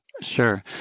Sure